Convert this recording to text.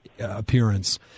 Appearance